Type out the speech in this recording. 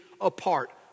apart